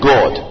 God